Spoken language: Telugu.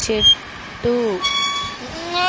చెట్టు